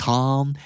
Calm